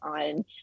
on